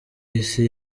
isi